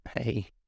hey